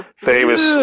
famous